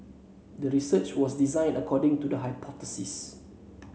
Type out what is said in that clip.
the research was designed according to the hypothesis